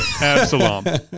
Absalom